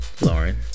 Lauren